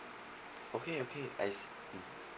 okay okay I se~ um